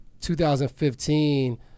2015